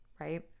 right